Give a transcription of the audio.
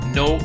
no